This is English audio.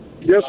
Yes